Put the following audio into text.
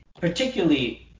particularly